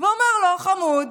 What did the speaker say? ואומר לו: חמוד,